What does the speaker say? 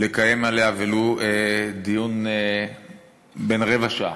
לקיים עליהם ולו דיון בן רבע שעה,